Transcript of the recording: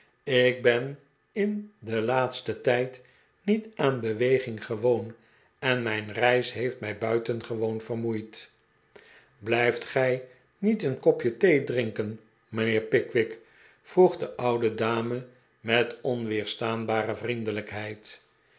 ik ben in den laatsten tijd niet aan beweging gewoon en mijn reis heeft mij buitengewoon vermoeid blijft gij niet een kopje thee drinken mijnheer pickwick vroeg de oude dame met onweerstaanbare vriendelijkheid